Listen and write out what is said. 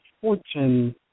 Fortune